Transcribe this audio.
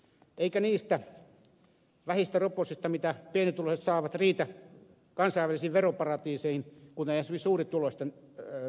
eikä niistä vähistä roposista mitä pienituloiset saavat riitä kansainvälisiin veroparatiiseihin kuten esimerkiksi suurituloisten verohelpotuksissa saattaa käydä